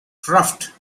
croft